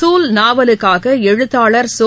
சூல் நாவலுக்காகஎழுத்தாளர் சோ